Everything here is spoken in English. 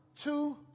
two